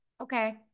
Okay